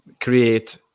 create